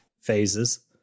phases